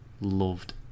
loved